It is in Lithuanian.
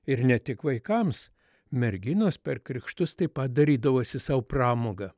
ir ne tik vaikams merginos per krikštus taip pat darydavosi sau pramogą